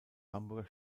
hamburger